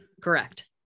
Correct